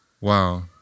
wow